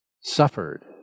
suffered